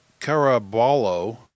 Caraballo